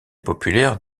populaire